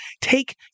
take